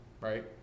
right